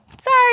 sorry